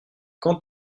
quand